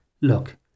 Look